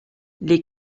les